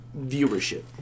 viewership